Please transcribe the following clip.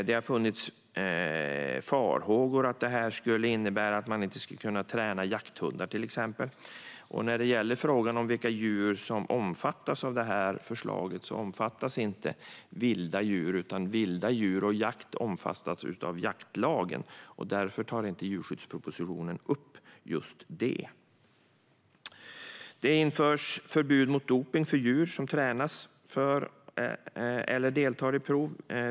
Det har funnits farhågor om att detta skulle innebära att man till exempel inte skulle kunna träna jakthundar. Vilda djur omfattas inte av detta förslag. Vilda djur och jakt omfattas i stället av jaktlagen, och därför tar inte djurskyddspropositionen upp just detta. Det införs ett förbud mot dopning av djur som tränas för eller deltar i prov.